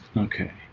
okay,